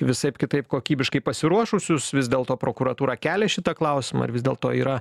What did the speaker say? visaip kitaip kokybiškai pasiruošusius vis dėlto prokuratūra kelia šitą klausimą ar vis dėlto yra